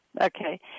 Okay